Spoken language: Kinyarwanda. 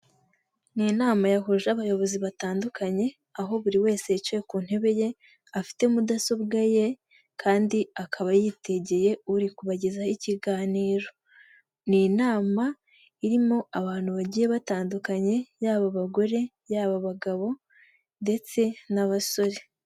Ni inama yahuje abayobozi batandukanye aho buri wese yicaye ku ntebe ye afite mudasobwa ye kandi akaba yitegeye uri kubagezaho ikiganiro, ni inama irimo abantu bagiye batandukanye yaba abagore, yaba abagabo ndetse n'abasore.